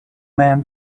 men